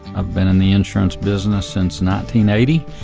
i've been in the insurance business since. not teen eighty.